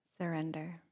surrender